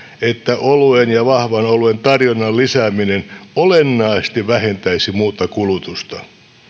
että oluen ja vahvan oluen tarjonnan lisääminen olennaisesti vähentäisi muuta kulutusta